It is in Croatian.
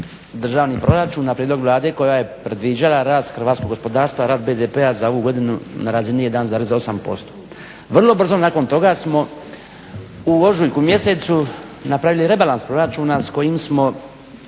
državni proračun na prijedlog Vlade koja je predviđala rast hrvatskog gospodarstva, rast BDP-a za ovu godinu na razini 1,8%. Vrlo brzo nakon toga smo u ožujku mjesecu napravili rebalans proračuna s kojim smo